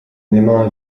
élément